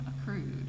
accrued